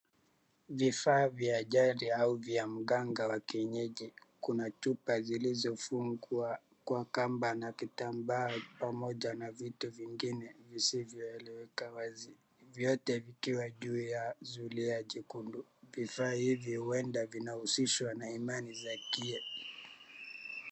Vifaa vya ajadi au vya mganga wa kienyeji. Kuna chupa zilizofungwa kwa kamba na kitambaa pamoja na vitu vingine visivyoeleweka wazi. Vyote vikiwa juu ya zulia jekundu. Vifaa hivi huenda vinahusishwa na imani za kia.